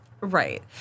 Right